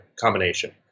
combination